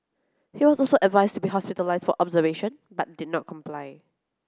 he was also advised to be hospitalised for observation but did not comply